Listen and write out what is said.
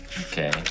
okay